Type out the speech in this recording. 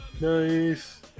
Nice